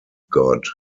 god